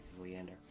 Leander